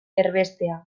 erbestea